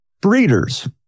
breeders